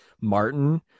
Martin